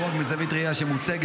לא רק מזווית ראייה שמוצגת,